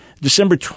December